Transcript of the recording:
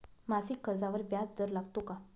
मासिक कर्जावर व्याज दर लागतो का?